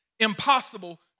Impossible